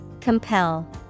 Compel